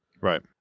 Right